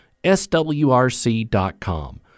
SWRC.com